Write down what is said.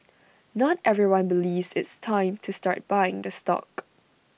not everyone believes it's time to start buying the stock